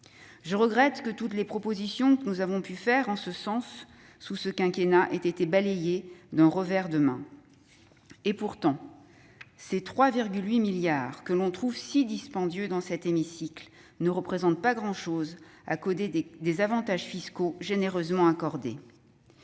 Je regrette que toutes les propositions que nous avons pu faire en ce sens durant ce quinquennat aient été balayées d'un revers de la main. Pourtant, ces 3,8 milliards d'euros, que l'on trouve si dispendieux dans cet hémicycle, ne représentent pas grand-chose à côté des avantages fiscaux généreusement accordés.